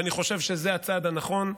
ואני חושב שזה הצעד הנכון.